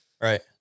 right